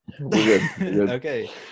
Okay